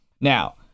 Now